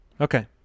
Okay